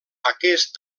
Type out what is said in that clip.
aquest